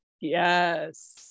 Yes